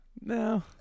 no